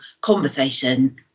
conversation